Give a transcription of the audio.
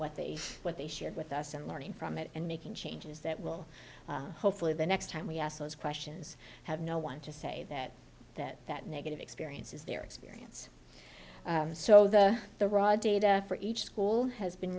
what they what they shared with us and learning from it and making changes that will hopefully the next time we ask those questions have no one to say that that that negative experience is their experience so the the raw data for each school has been